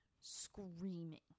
screaming